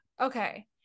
Okay